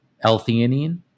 L-theanine